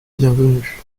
bienvenue